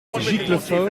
giclefort